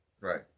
Right